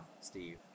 Steve